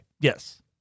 Yes